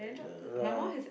uh no lah